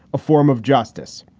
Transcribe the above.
a form of justice.